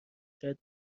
شاید